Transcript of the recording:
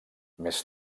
més